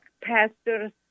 pastors